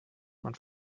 man